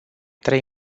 trei